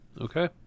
Okay